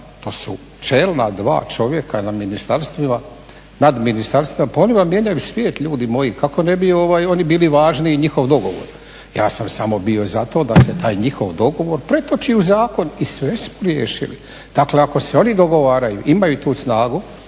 to su čelna dva čovjeka nad ministarstvima, pa oni vam mijenjaju svijet ljudi moji, kako ne bi oni bili važni i njihov dogovor. Ja sam samo bio za to da se taj njihov dogovor pretoči u zakon i sve smo riješili. Dakle ako se oni dogovaraju, imaju tu snagu,